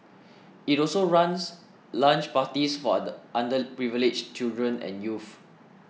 it also runs lunch parties for underprivileged children and youth